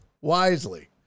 wisely